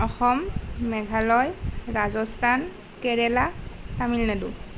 Assam Meghalaya Rajasthan Kerala Tamil Nadu